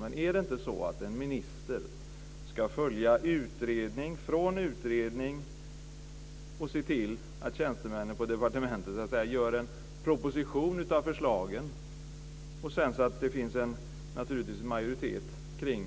Men är det inte så att en minister ska se till att tjänstemännen på departementet gör en proposition av förslagen i en utredning och att det finns en majoritet kring